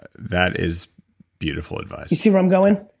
that is beautiful advice you see where i'm going?